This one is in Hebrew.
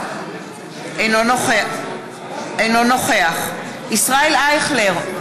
אינו נוכח ישראל אייכלר,